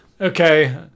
okay